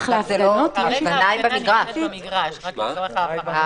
הפגנה היא במגרש, רק לצורך הבהרה.